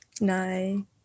No